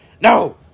No